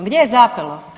Gdje je zapelo?